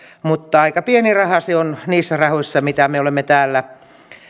mutta aika pieni raha se on niissä rahoissa mitä me olemme täällä